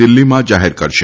દિલ્હીમાં જાહેર કરશે